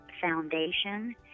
Foundation